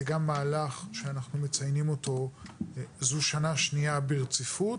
זה גם מהלך שאנחנו מציינים אותו זו שנה שנייה ברציפות,